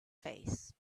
face